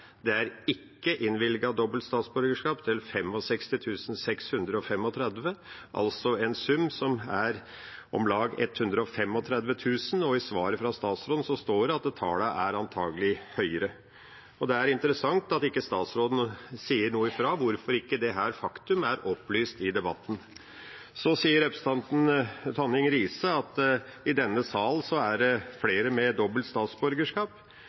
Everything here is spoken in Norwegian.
Det er ikke innvilget dobbelt statsborgerskap til 65 635. Det er altså en sum på om lag 135 000. I svaret fra statsråden står det at tallet antakelig er høyere. Det er interessant at ikke statsråden nå sier fra hvorfor ikke dette faktum er opplyst i debatten. Representanten Tonning Riise sier at det i denne sal er flere med dobbelt statsborgerskap.